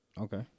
Okay